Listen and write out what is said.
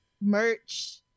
merch